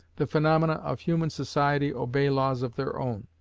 the phaenomena of human society obey laws of their own,